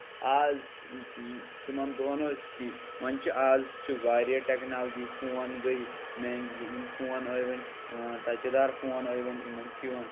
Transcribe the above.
آز تِمن دۄہن ٲسۍ تہِ وۄنۍ چھُ آز چھُ واریاہ ٹیکنالجی فون گٔیٚے فون آیہِ وۄنۍ ٹَچہِ دار فون آیۍ وۄنۍ یمن چھُ یِوان